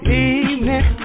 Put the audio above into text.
evening